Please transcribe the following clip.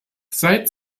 seit